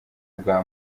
bwa